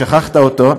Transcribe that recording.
שכחת אותו.